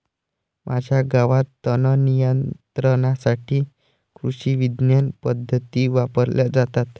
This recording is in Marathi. माझ्या गावात तणनियंत्रणासाठी कृषिविज्ञान पद्धती वापरल्या जातात